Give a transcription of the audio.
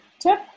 tip